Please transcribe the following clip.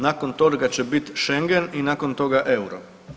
Nakon toga će biti schengen i nakon toga euro.